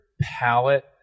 palette